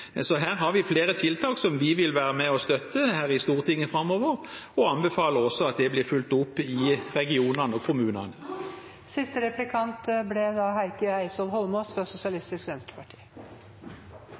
Her har vi flere tiltak som vi vil være med på å støtte i Stortinget framover, og vi anbefaler også at det blir fulgt opp i regionene og kommunene. De siste tallene fra Statistisk sentralbyrå viser det samme som informasjonen fra